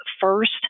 first